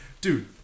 dude